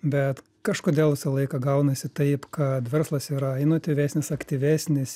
bet kažkodėl visą laiką gaunasi taip kad verslas yra inotyvesnis aktyvesnis